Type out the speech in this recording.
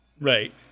right